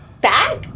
back